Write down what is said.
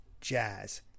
Jazz